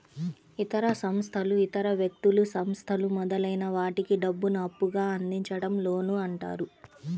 ఇతర సంస్థలు ఇతర వ్యక్తులు, సంస్థలు మొదలైన వాటికి డబ్బును అప్పుగా అందించడం లోన్ అంటారు